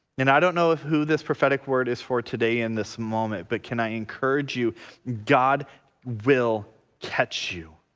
and i don't know if who this prophetic word is for today in this moment but can i encourage you god will catch you,